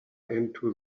into